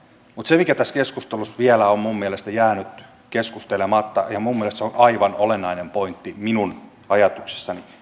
mutta se mikä tässä keskustelussa vielä on minun mielestäni jäänyt keskustelematta ja mielestäni se on aivan olennainen pointti minun ajatuksissani on